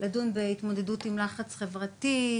לדון בהתמודדות עם לחץ חברתי,